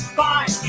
fine